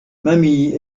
mamie